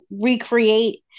recreate